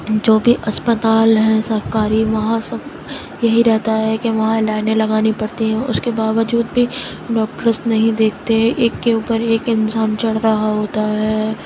جو بھی اسپتال ہیں سرکاری وہاں سب یہی رہتا ہے کہ وہاں لائنیں لگانی پڑتی ہیں اس کے باوجود بھی ڈاکٹرس نہیں دیکھتے ایک کے اوپر ایک انسان چڑھ رہا ہوتا ہے